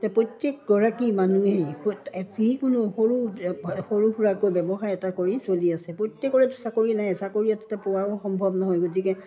প্ৰত্যেকগৰাকী মানুহে যিকোনো সৰু সৰু সুৰাকৈ ব্যৱসায় এটা কৰি চলি আছে প্ৰত্যেকৰে চাকৰি নায়েই চাকৰি এটা এটা পোৱাও সম্ভৱ নহয় গতিকে